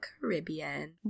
Caribbean